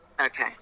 Okay